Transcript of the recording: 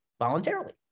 voluntarily